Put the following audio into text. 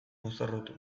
mozorrotu